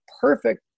perfect